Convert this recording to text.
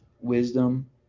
wisdom